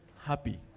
happy